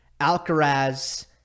Alcaraz